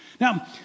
Now